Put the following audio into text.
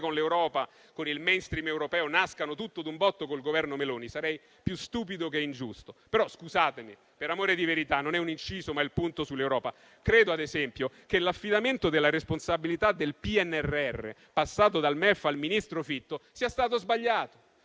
con l'Europa e con il *mainstream* europeo nascano tutto d'un botto con il Governo Meloni: sarei più stupido che ingiusto. Tuttavia, scusatemi, per amore di verità - non è un inciso, ma è il punto sull'Europa - credo, ad esempio, che l'affidamento della responsabilità del PNRR, passato dal MEF al ministro Fitto, sia stato sbagliato,